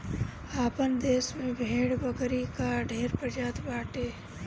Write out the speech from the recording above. आपन देस में भेड़ बकरी कअ ढेर प्रजाति बाटे